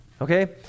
okay